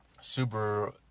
super